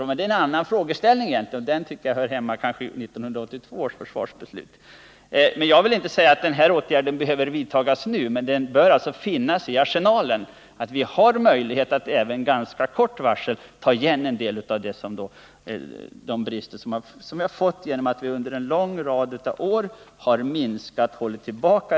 Men det är en annan frågeställning, och den tycker jag hör hemma i 1982 års Jag vill inte säga att den här åtgärden behöver vidtas nu, men det bör finnas med i arsenalen att vi har möjlighet att med ganska kort varsel ta igen en del av de brister som har uppstått genom att vi under en lång rad av år höll tillbaka repetitionsövningarna.